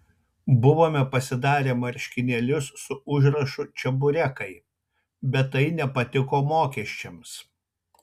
buvome pasidarę marškinėlius su užrašu čeburekai bet tai nepatiko mokesčiams